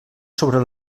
sobre